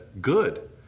good